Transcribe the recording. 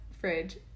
fridge